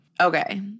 Okay